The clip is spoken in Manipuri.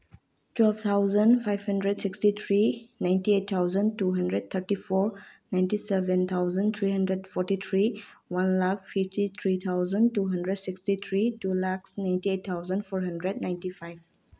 twelve thousand five hundred sixty three ninety eight thousand two hundred thirty four ninety seven thousand three hundred forty three one lakh fifty three thousand two hundred sixty three two lakhs ninety eight thousand four hundred ninety five